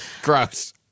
Gross